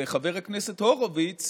וחבר הכנסת הורוביץ